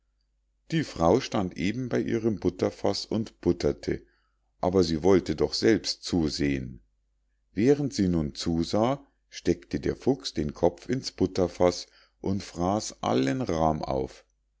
die frau stand eben bei ihrem butterfaß und butterte aber sie wollte doch selbst zusehen während sie nun zusah steckte der fuchs den kopf ins butterfaß und fraß allen rahm auf